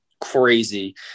crazy